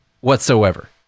whatsoever